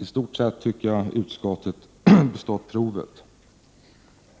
I stort sett tycker jag att utskottet bestått provet.